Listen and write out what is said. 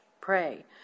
pray